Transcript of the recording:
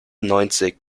neunzig